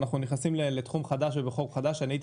נכנסים לתחום חדש ולחוק חדש ואני הייתי